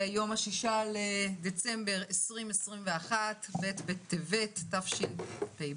היום ה-6 בדצמבר 2021, ב' בטבת, תשפ"ב.